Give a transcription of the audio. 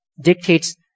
Dictates